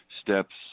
Steps